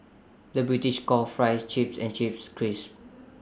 the British calls Fries Chips and Chips Crisps